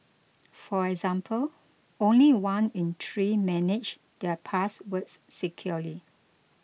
for example only one in three manage their passwords securely